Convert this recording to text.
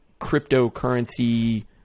cryptocurrency